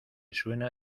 suena